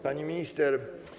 Pani Minister!